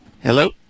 Hello